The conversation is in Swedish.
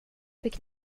fick